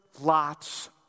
Lot's